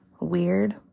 weird